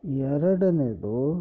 ಎರಡನೇದು